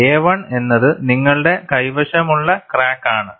a1 എന്നത് നിങ്ങളുടെ കൈവശമുള്ള ക്രാക്ക് ആണ്